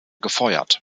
gefeuert